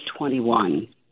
21